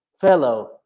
fellow